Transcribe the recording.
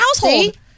household